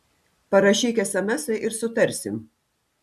parašyk esemesą ir sutarsim